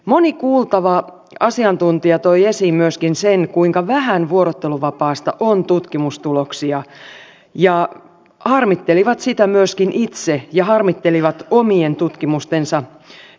moni kuultava asiantuntija toi esiin myöskin sen kuinka vähän vuorotteluvapaasta on tutkimustuloksia ja he harmittelivat sitä myöskin itse ja harmittelivat omien tutkimustensa ikää